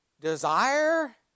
desire